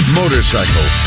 motorcycle